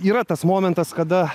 yra tas momentas kada